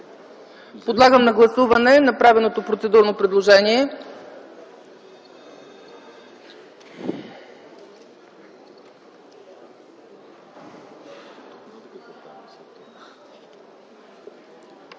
Подлагам на гласуване направеното процедурно предложение.